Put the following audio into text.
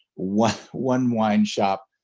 one one wine shop,